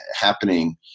happening